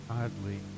oddly